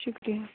شُکریہ